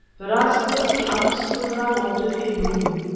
but i suppose he understood that i wanted a bloom.